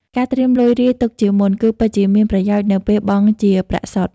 ការត្រៀមលុយរាយទុកជាមុន គឺពិតជាមានប្រយោជន៍នៅពេលបង់ជាប្រាក់សុទ្ធ។